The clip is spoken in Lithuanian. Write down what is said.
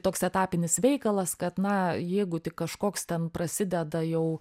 toks etapinis veikalas kad na jeigu tik kažkoks ten prasideda jau